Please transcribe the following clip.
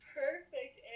perfect